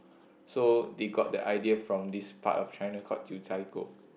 so they got the idea from this part of China called Jiu-Zhai-Gou